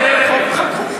זה חוק אחר.